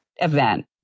Event